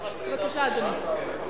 אתה דיגיטלי או, בבקשה, אדוני.